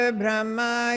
brahma